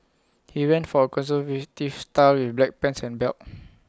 he went for A conservative style with black pants and belt